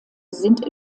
sind